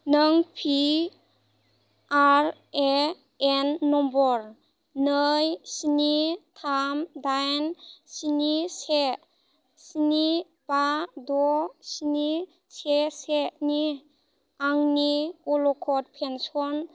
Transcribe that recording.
नों P R A N number नै स्नि थाम दाइन स्नि से स्नि बा द' स्नि से सेनि आंनि अटल पेन्सन